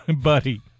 Buddy